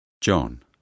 John